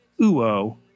UO